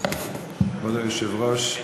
כבוד היושב-ראש,